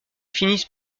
finissent